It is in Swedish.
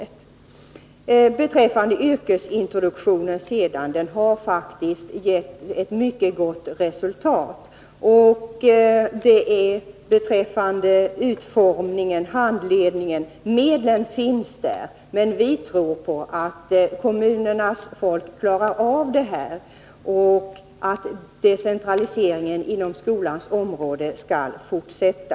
Yrkesintroduktionen har faktiskt givit ett mycket gott resultat. Medlen för handledningen finns där, men vi tror att kommunernas folk klarar av detta och att decentraliseringen inom skolans område skall fortsätta.